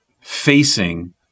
facing